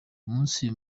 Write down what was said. umunsi